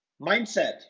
mindset